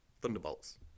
Thunderbolts